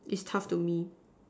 it's tough to me